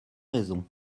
raison